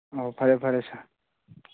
ꯑꯧ ꯐꯔꯦ ꯐꯔꯦ ꯁꯔ